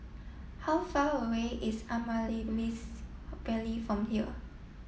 how far away is Amaryllis from here